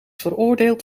veroordeeld